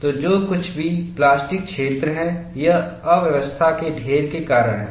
तो जो कुछ भी प्लास्टिक क्षेत्र है यह अव्यवस्था के ढेर के कारण है